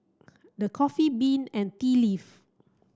The Coffee Bean and Tea Leaf